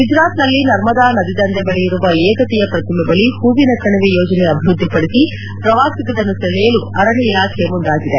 ಗುಜರಾತ್ನಲ್ಲಿ ನರ್ಮದಾ ನದಿದಂಡೆಯ ಬಳಿ ಇರುವ ಏಕತೆಯ ಪ್ರತಿಮೆ ಬಳಿ ಹೂವಿನ ಕಣಿವೆ ಯೋಜನೆ ಅಭಿವ್ವದ್ದಿಪದಿಸಿ ಪ್ರವಾಸಿಗರನ್ನು ಸೆಳೆಯಲು ಅರಣ್ಯ ಇಲಾಖೆ ಮುಂದಾಗಿದೆ